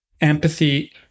empathy